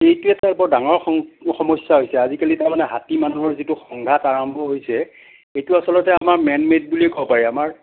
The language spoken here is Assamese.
এইটো এটা বৰ ডাঙৰ সম সমস্যা হৈছে আজিকালি মানে হাতী মানুহৰ যিটো সংঘাত আৰম্ভ হৈছে এইটো আচলতে আমাৰ মেনমেইড বুলি ক'ব পাৰি আমাৰ